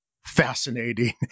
fascinating